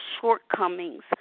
shortcomings